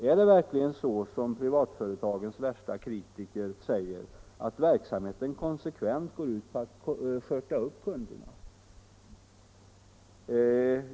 Är det verkligen så som privatföretagens värsta kritiker säger att verksamheten konsekvent går ut på att skörta upp kunderna?